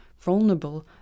vulnerable